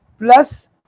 plus